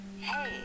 hey